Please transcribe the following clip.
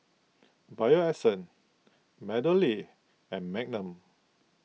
Bio Essence MeadowLea and Magnum